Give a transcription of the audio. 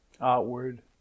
outward